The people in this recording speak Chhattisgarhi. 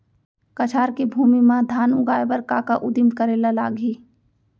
कछार के भूमि मा धान उगाए बर का का उदिम करे ला लागही?